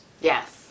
Yes